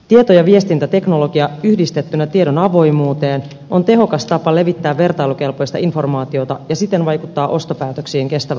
tieto ja viestintäteknologia yhdistettynä tiedon avoimuuteen on tehokas tapa levittää vertailukelpoista informaatiota ja siten vaikuttaa ostopäätöksiin kestävällä tavalla